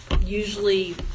Usually